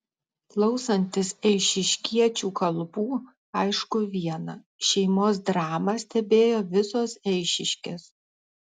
klausantis eišiškiečių kalbų aišku viena šeimos dramą stebėjo visos eišiškės